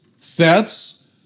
thefts